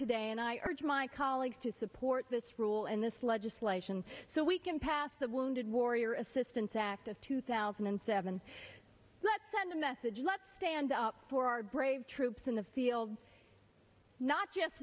today and i urge my colleagues to support this rule and this legislation so we can pass the wounded warrior assistance act of two thousand and seven let's send a message let's stand up for our brave troops in the field not just